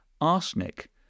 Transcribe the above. arsenic